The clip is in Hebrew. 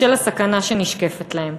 בשל הסכנה שנשקפת להם.